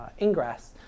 Ingress